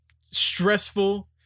stressful